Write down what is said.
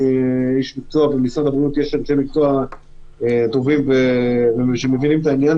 אני איש מקצוע במשרד הבריאות ויש אנשי מקצוע טובים שמבינים את העניין.